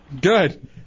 Good